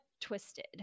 twisted